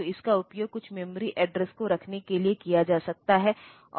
तो मैं उचित मनीमोनिक्स के चयन में कुछ गलती कर सकता हूं